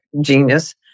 genius